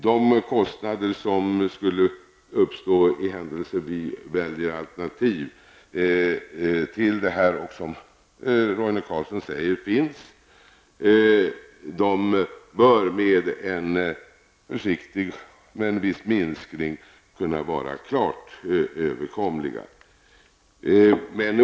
De kostnader som skulle uppstå om vi väljer något av de alternativ till detta projekt som Roine Carlsson säger finns bör med en viss försiktig minskning kunna vara klart överkomliga.